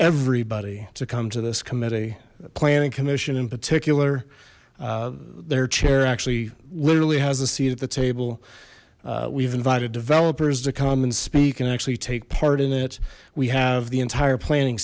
everybody to come to this committee planning commission in particular their chair actually literally has a seat at the table we've invited developers to come and speak and actually take part in it we have the entire planning